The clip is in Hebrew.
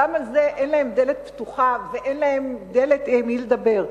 גם על זה אין להם דלת פתוחה ואין להם עם מי לדבר.